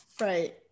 Right